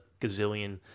gazillion